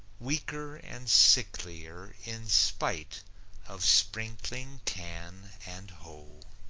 weaker and sicklier, in spite of sprinkling can and hoe.